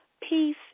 Peace